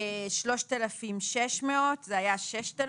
3,600 שקלים כאשר